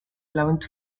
eleventh